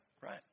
right